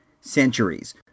centuries